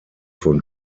von